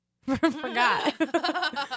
Forgot